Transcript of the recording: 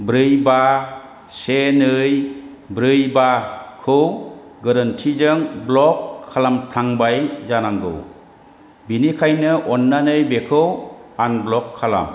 ब्रै बा से नै ब्रै बा खौ गोरोन्थिजों ब्ल'क खालामफ्लांबाय जानांगौ बेनिखायनो अन्नानै बेखौ आनब्ल'क खालाम